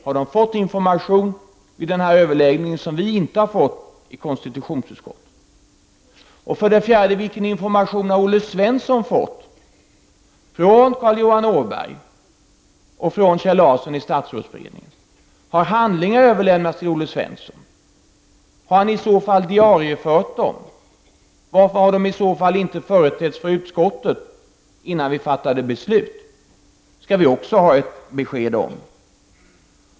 Har de fått infor mation vid denna partiledaröverläggning som vi inte har fått veta om i konstitutionsutskottet? För det fjärde: Vilken information har Olle Svensson fått från Carl Johan Åberg och från Kjell Larsson i statsrådsberedningen? Har handlingarna överlämnats till Olle Svensson? Har han i så fall diariefört dem? Varför har de i så fall inte föredragits för utskottet innan beslut fattades? Det vill jag också ha besked om.